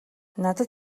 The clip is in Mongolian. надад